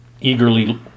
eagerly